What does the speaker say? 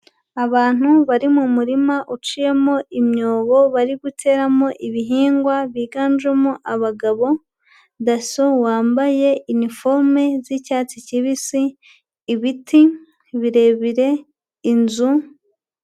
Abantu bari mu murima uciyemo imyobo bari guteramo ibihingwa biganjemo abagabo, DASSO wambaye iniforume z'icyatsi kibisi, ibiti birebire, inzu.